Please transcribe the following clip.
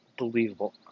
Unbelievable